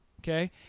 okay